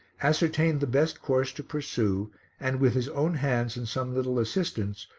ascertained the best course to pursue and, with his own hands and some little assistance,